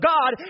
God